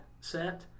set